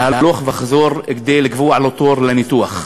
בהלוך וחזור כדי לקבוע לו תור לניתוח.